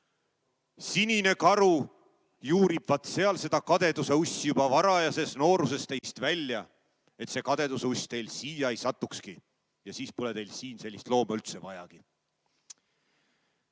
Sinine karu juurib seal vat seda kadeduseussi juba varajases nooruses teist välja, et see kadeduseuss teile siia ei satukski. Ja siis pole teil siin sellist looma üldse vaja.